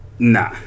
Nah